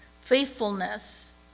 faithfulness